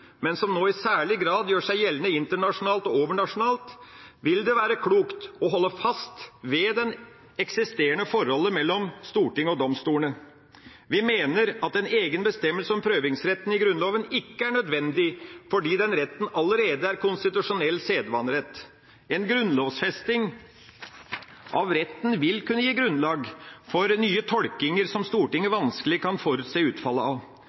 men som nå i særlig grad gjør seg gjeldende internasjonalt og overnasjonalt, vil det være klokt å holde fast ved det eksisterende forholdet mellom Stortinget og domstolene. Vi mener at en egen bestemmelse om prøvingsretten i Grunnloven ikke er nødvendig, fordi den retten allerede er konstitusjonell sedvanerett. En grunnlovfesting av retten vil kunne gi grunnlag for nye tolkinger, som Stortinget vanskelig kan forutse utfallet av.